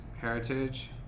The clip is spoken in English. heritage